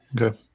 Okay